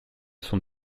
son